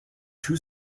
too